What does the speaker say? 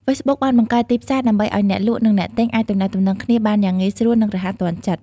ហ្វេសប៊ុកបានបង្កើត ទីផ្សារ ដើម្បីឱ្យអ្នកលក់និងអ្នកទិញអាចទំនាក់ទំនងគ្នាបានយ៉ាងងាយស្រួលនិងរហ័សទាន់ចិត្ត។